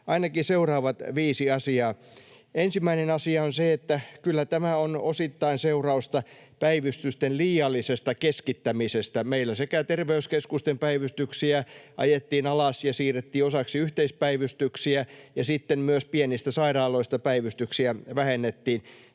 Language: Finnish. ainakin seuraavat viisi asiaa: Ensimmäinen asia on se, että kyllä tämä on osittain seurausta päivystysten liiallisesta keskittämisestä. Meillä sekä terveyskeskusten päivystyksiä ajettiin alas ja siirrettiin osaksi yhteispäivystyksiä että sitten myös pienistä sairaaloista päivystyksiä vähennettiin.